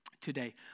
today